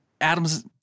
Adams